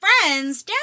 friends